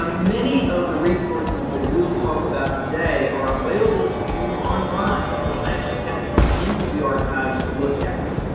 um many of the resources that we'll talk about today are available to you online. you don't actually have to come into the archives to look at them,